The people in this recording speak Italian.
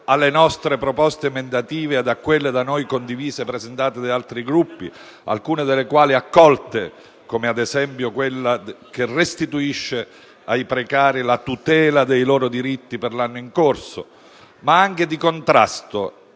alle nostre proposte emendative e a quelle da noi condivise presentate da altri Gruppi, alcune delle quali accolte (ad esempio, quella che restituisce ai precari la tutela dei loro diritti per l'anno in corso), ma anche di un lavoro